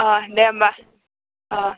अ' दे होमबा अ'